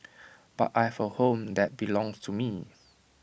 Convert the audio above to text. but I have A home that belongs to me